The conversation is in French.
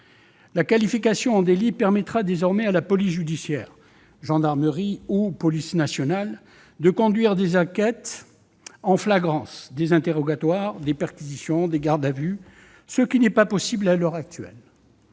La qualification en délit permettra désormais à la police judiciaire- gendarmerie ou police nationale -de conduire des enquêtes en flagrance, des interrogatoires, des perquisitions et des gardes à vue, ce qui n'est pas possible à l'heure actuelle.